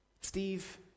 Steve